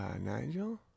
Nigel